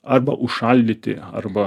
arba užšaldyti arba